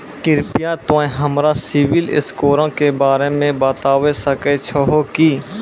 कृपया तोंय हमरा सिविल स्कोरो के बारे मे बताबै सकै छहो कि?